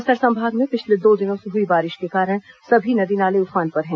बस्तर संभाग में पिछले दो दिनों से हुई बारिश के कारण सभी नदी नाले उफान पर हैं